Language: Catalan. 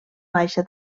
baixa